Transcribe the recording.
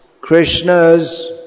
Krishna's